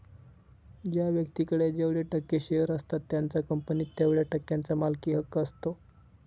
ज्या व्यक्तीकडे जेवढे टक्के शेअर असतात त्याचा कंपनीत तेवढया टक्क्यांचा मालकी हक्क असतो